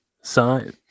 Sign